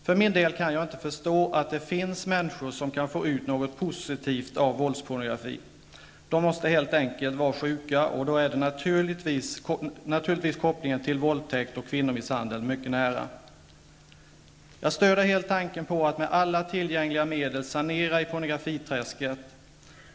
För min del kan jag inte förstå att det finns människor som kan få ut något positivt av våldspornografi. De måste helt enkelt vara sjuka, och då ligger naturligtvis kopplingen till våldtäkt och kvinnomisshandel mycket nära. Jag stöder helt tanken på att med alla tillgängliga medel sanera i pornografiträsket.